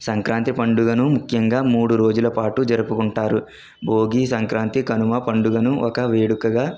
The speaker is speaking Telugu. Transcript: సంక్రాంతి పండుగను ముఖ్యంగా మూడు రోజులపాటు జరుపుకుంటారు భోగి సంక్రాంతి కనుమ పండుగను ఒక వేడుకగా